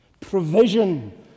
provision